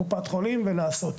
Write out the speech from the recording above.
קופת חולים ולעשות.